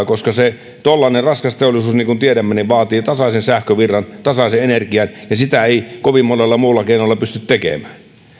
koska tuollainen raskas teollisuus niin kuin tiedämme vaatii tasaisen sähkövirran tasaisen energian ja sitä ei kovin monella muulla keinolla pysty tekemään